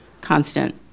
constant